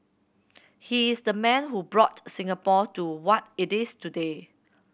he is the man who brought Singapore to what it is today